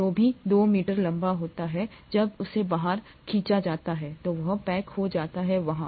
जो भी 2 मीटर लंबा होता है जब उसे बाहर खींचा जाता है तो वह पैक हो जाता है वहाँ